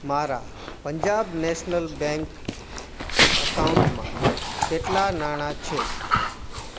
મારા Punjab National Bank અકાઉન્ટમાં કેટલાં નાણા છે